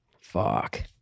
fuck